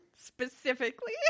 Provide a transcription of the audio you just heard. specifically